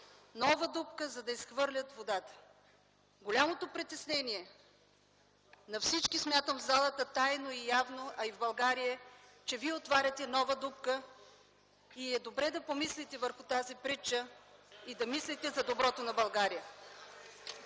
нова дупка, за да изхвърлят водата. Голямото притеснение на всички, смятам, в залата - тайно и явно, а и в България е, че Вие отваряте нова дупка. Добре е да помислите върху тази притча и да мислите за доброто на България.